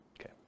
Okay